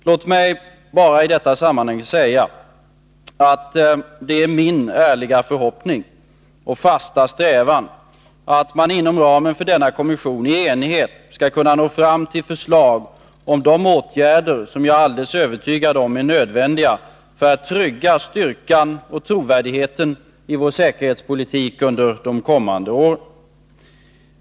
Låt mig bara i detta sammanhang säga att det är min ärliga förhoppning och fasta strävan att man inom ramen för denna kommission i enighet skall kunna nå fram till förslag om de åtgärder som jag är helt övertygad om är nödvändiga för att trygga styrkan och trovärdigheten i vår säkerhetspolitik under kommande år.